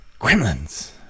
Gremlins